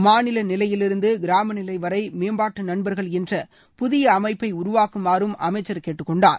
மாநில நிலையிலிருந்து கிராம நிலை வரை மேம்பாட்டு நண்பர்கள் என்ற புதிய அமைப்பை உருவாக்குமாறு அமைச்சர் கேட்டுக்கொண்டார்